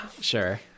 Sure